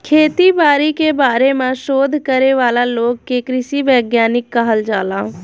खेती बारी के बारे में शोध करे वाला लोग के कृषि वैज्ञानिक कहल जाला